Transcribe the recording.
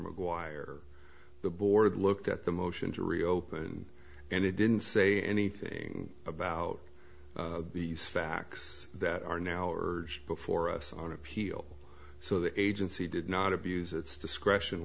mcguire the board looked at the motion to reopen and it didn't say anything about the facts that are now hours before us on appeal so the agency did not abuse its discretion